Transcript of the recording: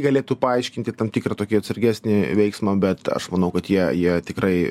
galėtų paaiškinti tam tikrą tokį atsargesnį veiksmą bet aš manau kad jie jie tikrai